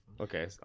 Okay